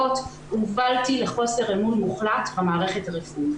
תגובות שכל אחת מאתנו בפורום שמעה עשרות פעמים.